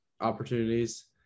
opportunities